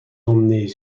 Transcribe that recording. emmener